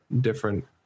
different